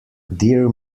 dear